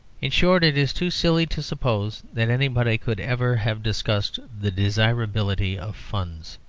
in short, it is too silly to suppose that anybody could ever have discussed the desirability of funds.